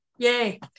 Yay